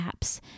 apps